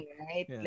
right